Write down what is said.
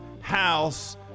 house